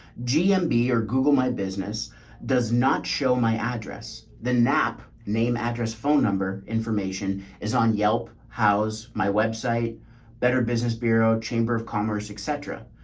gmb or google. my business does not show my address. the nap name, address, phone number, information is on yelp. how's my website better? business bureau, chamber of commerce, et cetera.